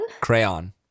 Crayon